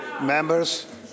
members